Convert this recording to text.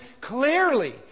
clearly